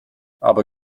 aber